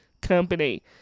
company